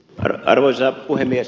arvoisa puhemies